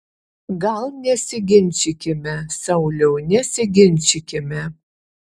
gal nesiginčykime sauliau nesiginčykime